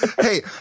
Hey